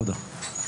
תודה.